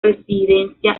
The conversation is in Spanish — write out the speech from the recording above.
residencia